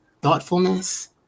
thoughtfulness